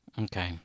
Okay